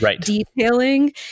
detailing